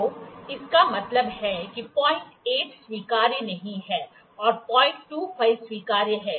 तो इसका मतलब है कि 08 स्वीकार्य नहीं है और 025 स्वीकार्य है